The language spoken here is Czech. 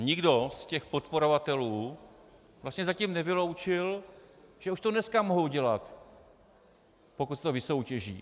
Nikdo z těch podporovatelů vlastně zatím nevyloučil, že už to dneska mohou dělat, pokud se to vysoutěží.